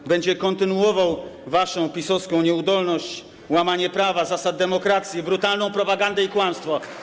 On będzie kontynuował waszą PiS-owską nieudolność, łamanie prawa i zasad demokracji, brutalną propagandę i kłamstwo.